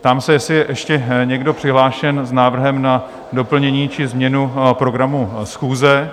Ptám se, jestli je ještě někdo přihlášen s návrhem na doplnění či změnu programu schůze?